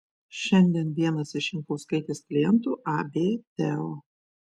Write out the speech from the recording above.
šiandien vienas iš jankauskaitės klientų ab teo